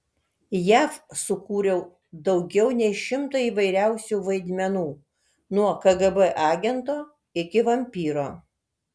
jav sukūriau daugiau nei šimtą įvairiausių vaidmenų nuo kgb agento iki vampyro